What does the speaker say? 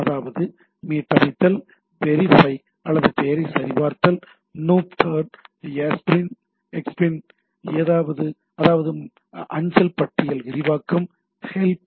அதாவது மீட்டமைத்தல் வெரிபை அல்லது பெயரை சரிபார்ததல் நூப் டர்ன் ஏஸ்பின் அதாவது அஞ்சல் பட்டியல் விரிவாக்கம் ஹெல்ப்